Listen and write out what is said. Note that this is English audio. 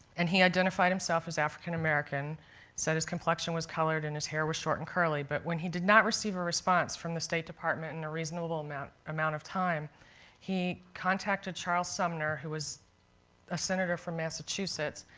and he identified himself as african american and said his complexion was colored and his hair was short and curly. but when he did not receive a response from the state department in a reasonable amount amount of time he contact charles sumner, who was a senator from massachusetts.